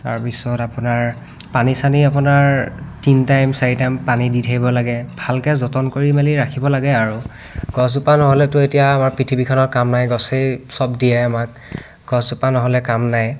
তাৰপিছত আপোনাৰ পানী চানি আপোনাৰ তিনি টাইম চাৰি টাইম পানী দি থাকিব লাগে ভালকৈ যতন কৰি মেলি ৰাখিব লাগে আৰু গছজোপা নহ'লেতো এতিয়া আমাৰ পৃথিৱীখনৰ কাম নাই গছেই সব দিয়ে আমাক গছজোপা নহ'লে কাম নাই